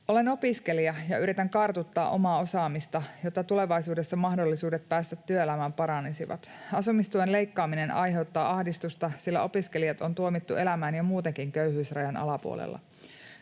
”Olen opiskelija, ja yritän kartuttaa omaa osaamista, jotta tulevaisuudessa mahdollisuudet päästä työelämään paranisivat. Asumistuen leikkaaminen aiheuttaa ahdistusta, sillä opiskelijat on tuomittu elämään jo muutenkin köyhyysrajan alapuolella.